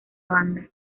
banda